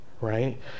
right